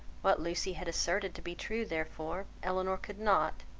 what lucy had asserted to be true, therefore, elinor could not,